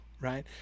right